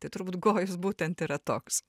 tai turbūt gojus būtent yra toks